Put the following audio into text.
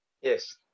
Yes